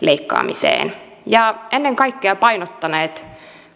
leikkaamiseen ja ennen kaikkea painottaneet